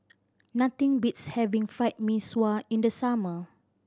nothing beats having Fried Mee Sua in the summer